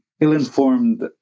ill-informed